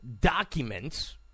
documents